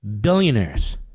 billionaires